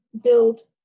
build